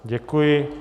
Děkuji.